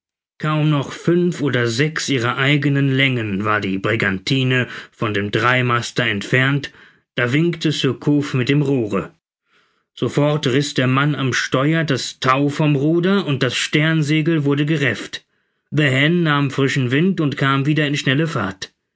kaum noch fünf oder sechs ihrer eigenen längen war die brigantine von dem dreimaster entfernt da winkte surcouf mit dem rohre sofort riß der mann am steuer das tau vom ruder und das sternsegel wurde gerefft the hen nahm frischen wind und kam wieder in schnelle fahrt